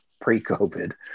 pre-COVID